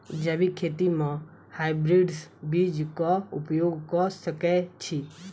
जैविक खेती म हायब्रिडस बीज कऽ उपयोग कऽ सकैय छी?